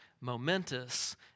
momentous